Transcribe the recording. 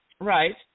Right